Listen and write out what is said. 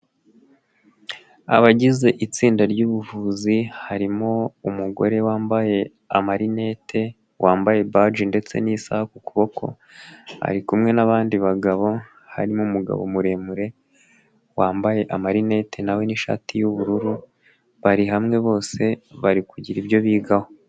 Abagize itsinda ry'ubuvuzi harimo umugore wambaye amarinete, wambaye baji ndetse n'isaha ku kuboko ari kumwe n'abandi bagabo harimo umugabo muremure wambaye amarinete na we n'ishati y'ubururu bari hamwe bose bari kugira ibyo bigaho.